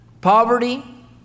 Poverty